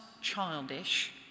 childish